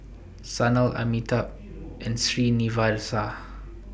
Sanal Amitabh and Srinivasa